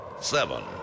seven